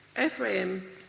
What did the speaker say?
Ephraim